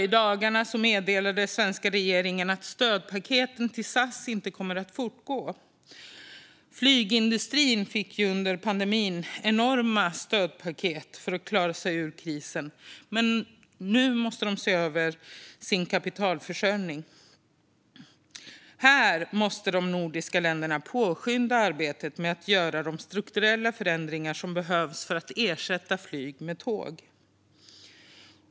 I dagarna meddelade den svenska regeringen att stödpaketen till SAS inte kommer att fortgå. Flygindustrin fick under pandemin enorma stödpaket för att klara sig ur krisen. Nu måste den se över sin kapitalförsörjning. De nordiska länderna måste påskynda arbetet med att göra de strukturella förändringar som behövs för att ersätta flyg med tåg.